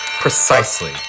precisely